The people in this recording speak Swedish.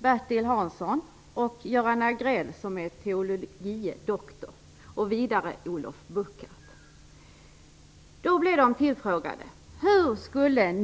Buckard. De blev tillfrågade hur de skulle